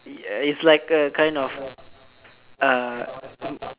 ya uh is like a kind of uh